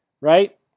right